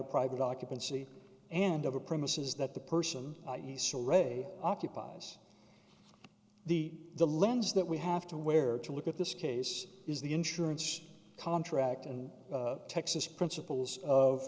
of private occupancy and over premises that the person he saw ready occupies the the lens that we have to where to look at this case is the insurance contract in texas principles of